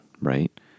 right